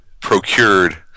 procured